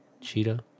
Cheetah